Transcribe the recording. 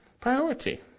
Priority